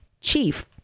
chief